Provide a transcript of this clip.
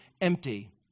empty